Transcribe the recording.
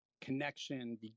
connection